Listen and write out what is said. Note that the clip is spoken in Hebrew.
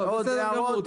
עוד הערות?